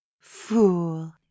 Fool